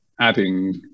adding